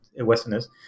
Westerners